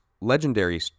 Legendary